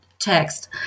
text